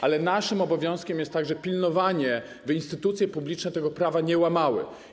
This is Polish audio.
Ale naszym obowiązkiem jest także pilnowanie, by instytucje publiczne tego prawa nie łamały.